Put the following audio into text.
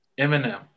eminem